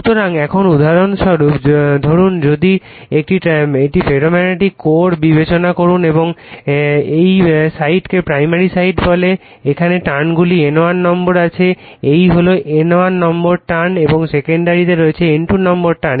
সুতরাং এখন উদাহরণস্বরূপ ধরুন যদি একটি ফেরোম্যাগনেটিক কোর বিবেচনা করুন এবং এই সাইডকে প্রাইমারি বলে এখানে ট্রানগুলির N1 নম্বর আছে এটি হল N1 নম্বর ট্রান এবং সেকেন্ডারিতে রয়েছে N2 নম্বর ট্রান